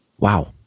Wow